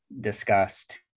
discussed